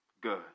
good